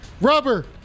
Rubber